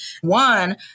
one